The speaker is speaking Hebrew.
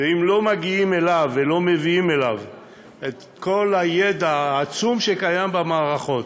ואם לא מגיעים אליו ולא מביאים אליו את כל הידע העצום שקיים במערכות